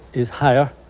is higher,